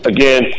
Again